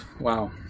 Wow